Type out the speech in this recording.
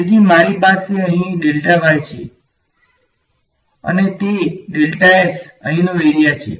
તેથી મારી પાસે અહીં છે અને તે અહીંનો એરીયા છે